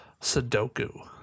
sudoku